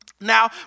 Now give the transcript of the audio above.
Now